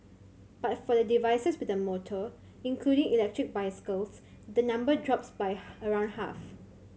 but for the devices with a motor including electric bicycles the number drops by around half